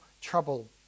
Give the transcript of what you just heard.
trouble